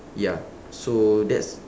ya so that's